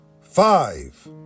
five